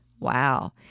Wow